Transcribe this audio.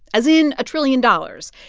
as in a trillion dollars.